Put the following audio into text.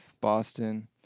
Boston